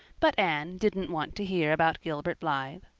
but anne didn't want to hear about gilbert blythe.